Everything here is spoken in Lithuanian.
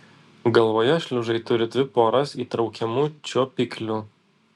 galvoje šliužai turi dvi poras įtraukiamų čiuopiklių